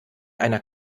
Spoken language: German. einer